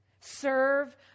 Serve